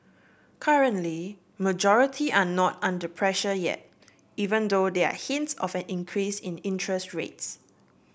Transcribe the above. currently majority are not under pressure yet even though they are hints of an increase in interest rates